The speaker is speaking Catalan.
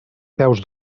peus